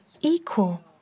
equal